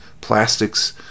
plastics